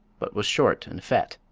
but was short and fat.